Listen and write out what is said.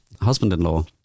husband-in-law